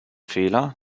fehler